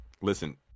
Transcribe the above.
listen